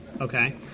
Okay